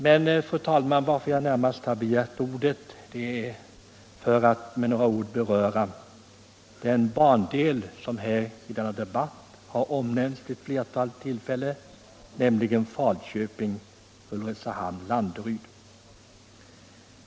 Den närmaste anledningen till att jag begärt ordet, fru talman, är att jag med några ord vill diskutera en bandel som har berörts i denna debatt vid ett flertal tillfällen, nämligen Falköping-Ulricehamn-Landeryd.